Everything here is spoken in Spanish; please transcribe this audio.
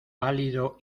pálido